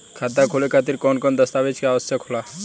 खाता खोले खातिर कौन कौन दस्तावेज के आवश्यक होला?